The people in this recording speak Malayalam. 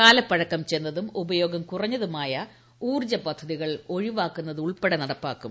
കാലപ്പഴക്കം ചെന്നതും ഉപയോഗം കുറഞ്ഞതുമായ പദ്ധതികൾ ഒഴിവാക്കുന്നതുൾപ്പെടെയുള്ളവ നടപ്പാക്കും